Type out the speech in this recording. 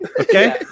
Okay